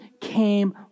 came